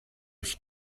durch